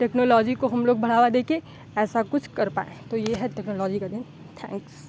technology को हम लोग बढ़ावा देके ऐसा कुछ कर पाएँ तो ये है टेक्नोलॉजी का दिन थैंक्स